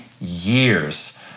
years